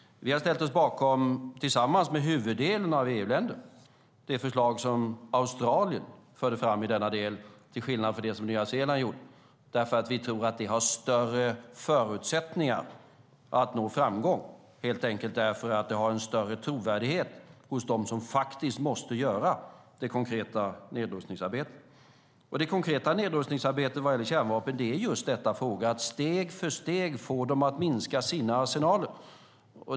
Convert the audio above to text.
Vi har tillsammans med huvuddelen av EU-länderna ställt oss bakom det förslag Australien förde fram i denna del, till skillnad från det Nya Zeeland gjorde. Vi tror nämligen att det har större förutsättningar att nå framgång, helt enkelt därför att det har en större trovärdighet hos dem som faktiskt måste göra det konkreta nedrustningsarbetet. Det konkreta nedrustningsarbetet vad gäller kärnvapen är just att steg för steg få dem att minska sina arsenaler.